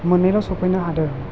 मोननैल' सफैनो हादों